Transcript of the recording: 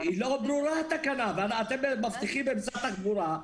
התקנה לא ברורה, ואתם מבטיחים במשרד התחבורה.